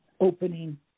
opening